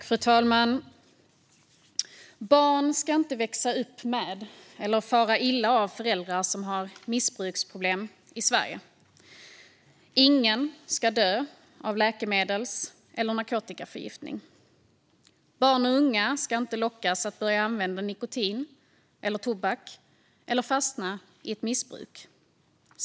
Fru talman! Barn ska inte växa upp med eller fara illa av föräldrar som har missbruksproblem i Sverige. Ingen ska dö av läkemedels eller narkotikaförgiftning. Barn och unga ska inte lockas att börja använda nikotin eller tobak eller att fastna i ett missbruk.